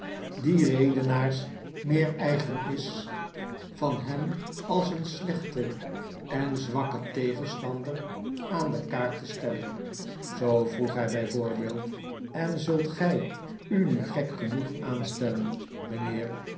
die redenaars meer eigen is van hem als een slechten en zwakken tegenstander aan dekaak te stellen zoo vroeg hy bij voorbeeld en zult gy u nu gek genoeg aanstellen mynheer